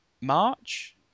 March